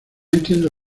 entiendo